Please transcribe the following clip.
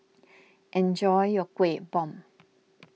enjoy your Kueh Bom